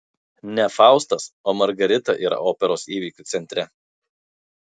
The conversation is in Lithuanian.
ne faustas o margarita yra operos įvykių centre